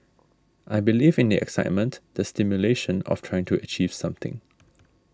I believe in the excitement the stimulation of trying to achieve something